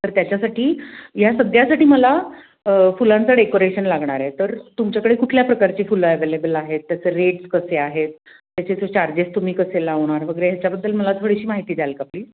तर त्याच्यासाठी या सगळ्यांसाठी मला फुलांचं डेकोरेशन लागणार आहे तर तुमच्याकडे कुठल्या प्रकारची फुलं अवेलेबल आहेत त्याचे रेट्स कसे आहेत त्याचे ते चार्जेस तुम्ही कसे लावणार वगैरे ह्याच्याबद्दल मला थोडीशी माहिती द्याल का प्लीज